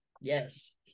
Yes